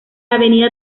avenida